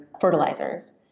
fertilizers